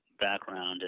background